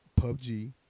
PUBG